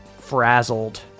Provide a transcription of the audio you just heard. frazzled